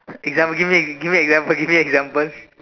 example give me give me example give me example